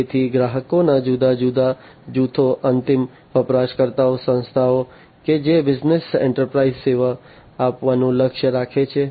તેથી ગ્રાહકોના જુદા જુદા જૂથો અંતિમ વપરાશકર્તા સંસ્થાઓ કે જે બિઝનેસ એન્ટરપ્રાઈઝ સેવા આપવાનું લક્ષ્ય રાખે છે